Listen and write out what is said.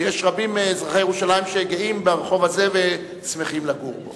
ויש רבים מאזרחי ירושלים שגאים ברחוב הזה ושמחים לגור בו.